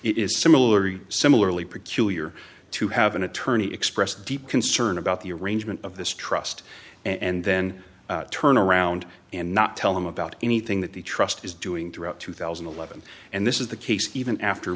is similar similarly particularly or to have an attorney expressed deep concern about the arrangement of this trust and then turn around and not tell them about anything that the trust is doing throughout two thousand and eleven and this is the case even after